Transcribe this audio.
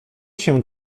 się